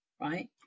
right